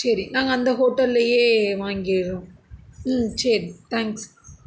சரி நாங்கள் அந்த ஹோட்டல்லையே வாங்கி சரி தங்க்ஸ்